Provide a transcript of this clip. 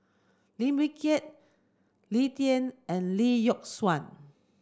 Lim Wee Kiak Lee Tjin and Lee Yock Suan